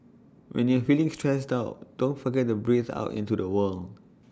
when you are feeling stressed out don't forget to breathe out into the void